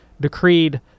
decreed